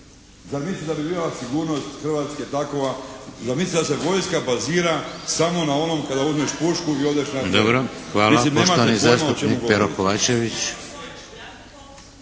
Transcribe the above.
Zar mislite da bi bila sigurnost Hrvatske takova? Zar mislite da se vojska bazira samo na onom da uzmeš pušku i odeš na teren? Mislim nemate